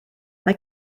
mae